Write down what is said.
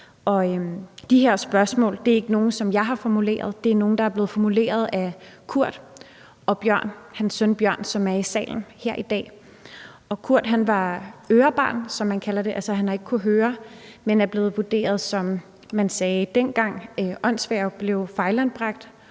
De her spørgsmål er ikke er nogle, som jeg har formuleret. Det er nogle, der er blevet formuleret af Kurt og hans søn Bjørn, som er i salen her i dag. Kurt var ørebarn, som man kalder det, altså han kunne ikke høre, men blev vurderet, som man sagde dengang, som åndssvag og blev fejlanbragt